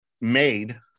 made